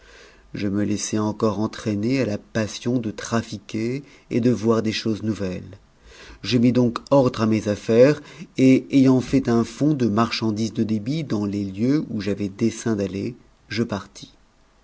je me laissai encore entratner a gsion de trafiquer et de voir des choses nouvehes je mis donc ordre mes affaires et ayant fait un fonds de marchandises de débit dans les tieux où j'avais dessein d'aller je partis